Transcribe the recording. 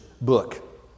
book